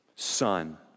Son